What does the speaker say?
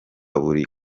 buri